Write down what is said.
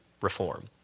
reform